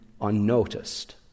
unnoticed